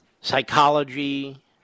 psychology